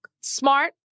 smart